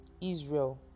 Israel